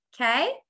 Okay